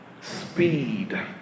Speed